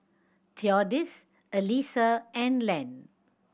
Theodis Alisa and Len